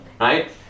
right